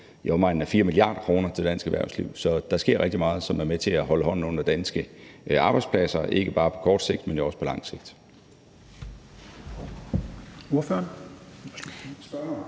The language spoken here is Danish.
i omegnen af 4 mia. kr. til dansk erhvervsliv. Så der sker rigtig meget, som er med til at holde hånden under danske arbejdspladser, ikke bare på kort sigt, men jo også på lang sigt.